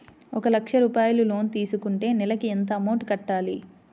ఒక లక్ష రూపాయిలు లోన్ తీసుకుంటే నెలకి ఎంత అమౌంట్ కట్టాలి?